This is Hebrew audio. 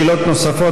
שאלות נוספות.